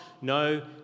No